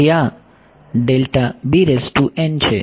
તેથી આ છે